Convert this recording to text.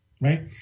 right